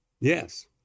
Yes